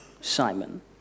Simon